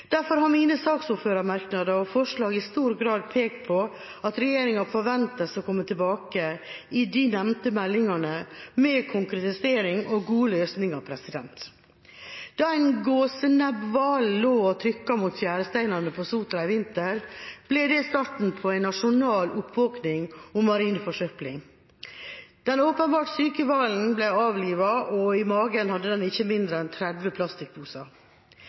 Derfor har mine saksordførermerknader og forslag i stor grad pekt på at regjeringa forventes å komme tilbake i de nevnte meldingene med konkretisering og gode løsninger. Da en gåsenebbhval lå og trykket mot fjæresteinene på Sotra i vinter, ble det starten på en nasjonal oppvåkning om marin forsøpling. Den åpenbart syke hvalen ble avlivet, og i magen hadde den ikke